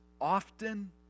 often